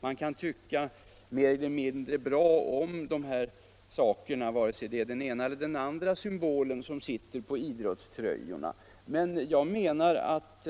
Man kan sedan tycka mer eller mindre bra om de här sakerna, även oberoende av om det är den ena eller den andra symbolen som sitter på idrottströjorna. Men jag menar att